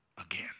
again